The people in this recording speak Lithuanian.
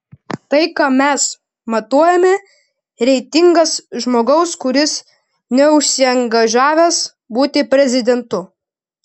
tai ką mes matuojame reitingas žmogaus kuris neužsiangažavęs būti prezidentu